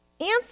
answer